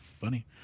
funny